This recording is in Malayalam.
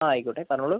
ആ ആയിക്കോട്ടെ പറഞ്ഞോളൂ